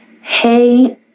Hey